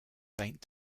saint